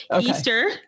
Easter